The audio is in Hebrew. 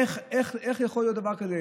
איך, איך, איך יכול להיות דבר כזה?